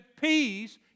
peace